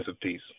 piece